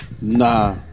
Nah